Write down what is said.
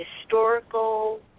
historical